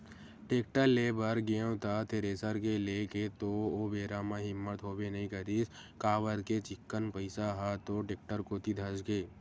tractor ले बर गेंव त थेरेसर के लेय के तो ओ बेरा म हिम्मत होबे नइ करिस काबर के चिक्कन पइसा ह तो टेक्टर कोती धसगे